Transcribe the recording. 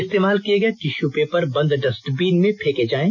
इस्तेमाल किए गए टिश्यू पेपर बंद डस्टबिन में फेंके जाएं